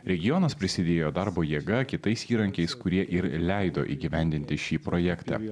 regionas prisidėjo darbo jėga kitais įrankiais kurie ir leido įgyvendinti šį projektą